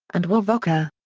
and wovoka.